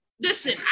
listen